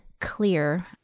clear